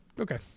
okay